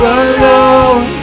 alone